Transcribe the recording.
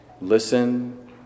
listen